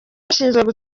bashinzwe